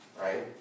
Right